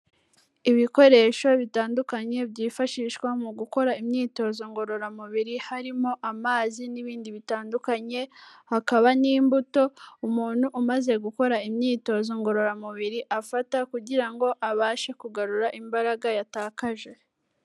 Ibikoresho bitandukanye byifashishwa mu gukora imyitozo ngororamubiri, harimo amazi n'ibindi bitandukanye, hakaba n'imbuto umuntu umaze gukora imyitozo ngororamubiri afata kugira ngo abashe kugarura imbaraga yatakaje.